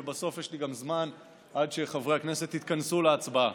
ובסוף יש לי גם זמן עד שחברי הכנסת יתכנסו להצבעה.